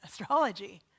astrology